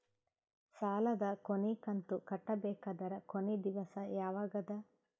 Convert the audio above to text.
ಸಾಲದ ಕೊನಿ ಕಂತು ಕಟ್ಟಬೇಕಾದರ ಕೊನಿ ದಿವಸ ಯಾವಗದ?